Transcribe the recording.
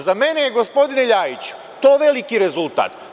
Za mene je, gospodine Ljajiću, to veliki rezultat.